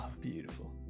beautiful